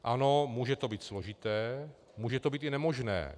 Ano, může to být složité, může to být i nemožné.